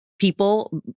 people